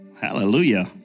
hallelujah